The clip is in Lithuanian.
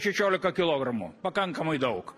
šešiolika kilogramų pakankamai daug